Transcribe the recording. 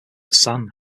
san